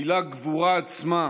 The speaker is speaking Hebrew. המילה "גבורה" עצמה